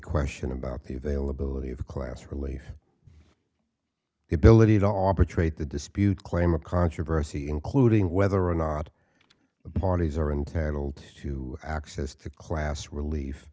question about the availability of class relief the ability to operate the dispute claim a controversy including whether or not the parties are entitled to access to class relief